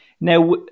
Now